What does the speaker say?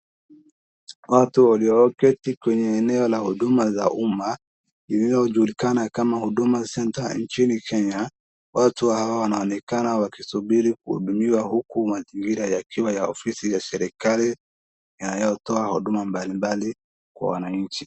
Watu walioketi kwenye eneo la huduma za umma ilyojulikana kama Huduma Center nchini Kenya. Watu hawa wanaonekana wakisubiri huku mazingira yakiwa ofisi ya serikali inayotoa huduma mbalimbali kwa wananchi.